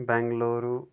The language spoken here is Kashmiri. بینٛگلور